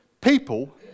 people